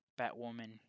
Batwoman